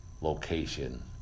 location